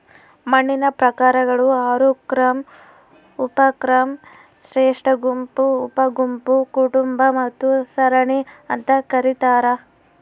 ಮಣ್ಣಿನ ಪ್ರಕಾರಗಳು ಆರು ಕ್ರಮ ಉಪಕ್ರಮ ಶ್ರೇಷ್ಠಗುಂಪು ಉಪಗುಂಪು ಕುಟುಂಬ ಮತ್ತು ಸರಣಿ ಅಂತ ಕರೀತಾರ